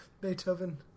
Beethoven